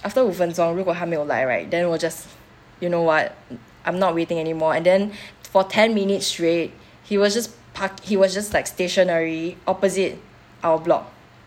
after 五分钟如果他没有来 right then 我 just you know what I'm not waiting anymore and then for ten minutes straight he was just park he was just like stationery opposite our block